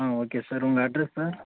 ம் okay sir உங்கள் address sir